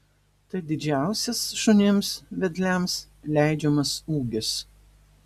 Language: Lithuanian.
tai didžiausias šunims vedliams leidžiamas ūgis